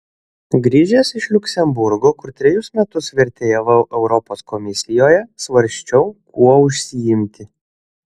grįžęs iš liuksemburgo kur trejus metus vertėjavau europos komisijoje svarsčiau kuo užsiimti